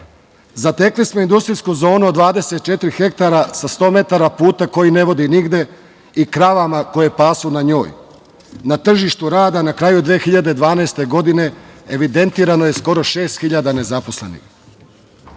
smo industrijsku zonu od 24 hektara sa 100 metara puta koji ne vodi nigde i kravama koje pasu na njoj. Na tržištu rada na kraju 2012. godine evidentirano je skoro šest hiljada nezaposlenih.U